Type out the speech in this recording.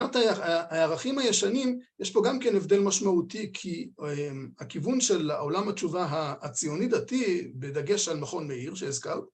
הערכים הישנים, יש פה גם כן הבדל משמעותי כי הכיוון של העולם התשובה הציוני דתי, בדגש על מכון מאיר שהזכר